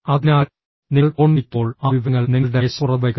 അതിനാൽ നിങ്ങൾ ഫോൺ വിളിക്കുമ്പോൾ ആ വിവരങ്ങൾ നിങ്ങളുടെ മേശപ്പുറത്ത് വയ്ക്കുക